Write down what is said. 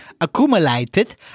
accumulated